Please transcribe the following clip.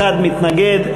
אחד מתנגד,